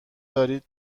دارید